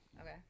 Okay